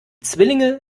zwillinge